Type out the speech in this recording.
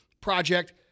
Project